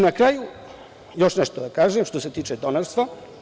Na kraju još nešto da kažem što se tiče donorstva.